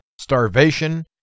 starvation